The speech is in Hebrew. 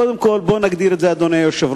קודם כול, בוא נגדיר את זה, אדוני היושב-ראש,